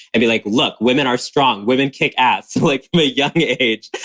i'd be like, look, women are strong. women kick ass. like from a young age,